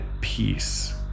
peace